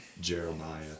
Jeremiah